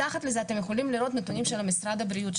מתחת לזה אתם יכולים לראות נתונים של משרד הבריאות,